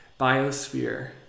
biosphere